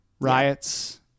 riots